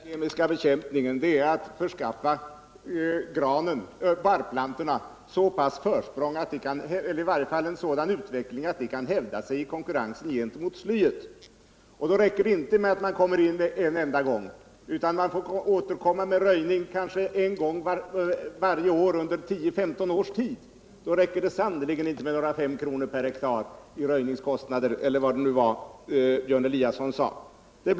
Herr talman! Vad det gäller med den kemiska bekämpningen är att förskaffa barrplantorna sådant försprång att de kan utvecklas så att de kan hävda sig i konkurrensen gentemot slyet. Då räcker det inte med att man röjer en enda gång, utan man får återkomma med röjning kanske en gång varje år under 10-15 års tid. Då räcker det sannerligen inte med några 5 kr./ha i röjningskostnader, eller vad det var Björn Eliasson sade.